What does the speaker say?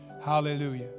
Hallelujah